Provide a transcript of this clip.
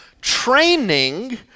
training